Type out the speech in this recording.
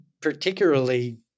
particularly